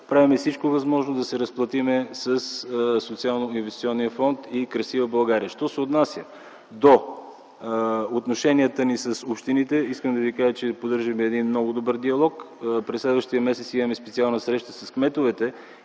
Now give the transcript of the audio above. правим всичко възможно да се разплатим със Социалноинвестиционния фонд и „Красива България”. Що се отнася до отношенията ни с общините, искам да ви кажа, че поддържаме много добър диалог. През следващия месец имаме специална среща с кметовете